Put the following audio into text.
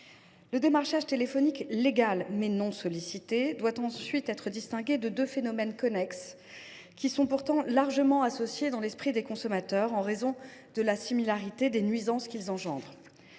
Le démarchage téléphonique légal, mais non sollicité, doit être distingué de deux phénomènes connexes, qui lui sont pourtant largement associés dans l’esprit des consommateurs en raison de la similarité des nuisances qu’ils engendrent.